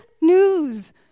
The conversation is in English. news